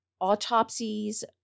autopsies